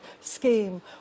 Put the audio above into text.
scheme